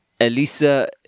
Elisa